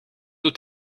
doet